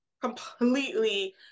completely